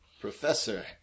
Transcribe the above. professor